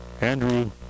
Andrew